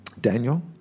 Daniel